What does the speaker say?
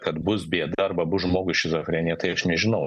kad bus bėda arba bus žmogui šizofrenija tai aš nežinau